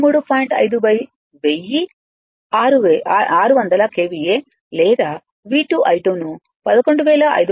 5 1000 600 KVA లేదాV2I2 ను 11500 52